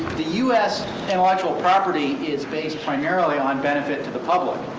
the us intellectual property is based primarily on benefit to the public.